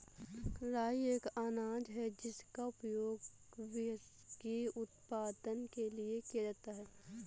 राई एक अनाज है जिसका उपयोग व्हिस्की उत्पादन के लिए किया जाता है